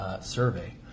survey